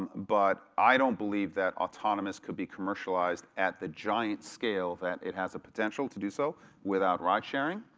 um but i don't believe that autonomous could be commercialized at the giant scale that it has a potential to do so without ride sharing.